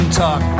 talk